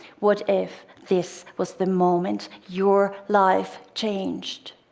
what if this was the moment your life changed?